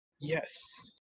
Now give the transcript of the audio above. Yes